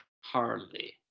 Hardly